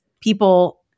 people